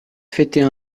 fêter